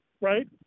right